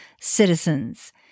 citizens